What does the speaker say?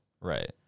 Right